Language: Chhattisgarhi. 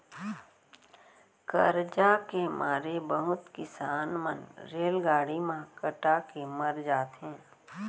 करजा के मारे बहुत किसान मन रेलगाड़ी म कटा के मर जाथें